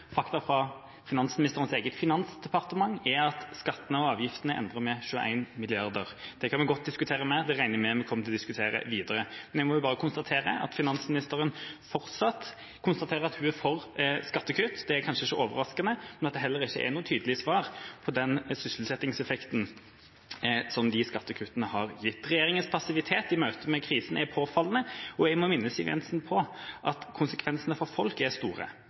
Fakta fra finansministerens eget departement er at skattene og avgiftene er endret med 21 mrd. kr. Det kan vi godt diskutere mer, og det regner jeg med at vi kommer til å diskutere videre. Men jeg må bare konstatere at finansministeren fortsatt sier at hun er for skattekutt, det er kanskje ikke overraskende, og at det heller ikke er noe tydelig svar på den sysselsettingseffekten som disse skattekuttene har gitt. Regjeringas passivitet i møte med krisen er påfallende, og jeg må minne Siv Jensen om at konsekvensene for folk er store.